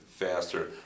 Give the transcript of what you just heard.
faster